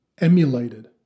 emulated